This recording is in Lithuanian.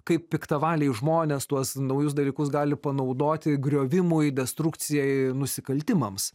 kaip piktavaliai žmonės tuos naujus dalykus gali panaudoti griovimui destrukcijai nusikaltimams